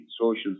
Social